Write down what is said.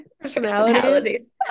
personalities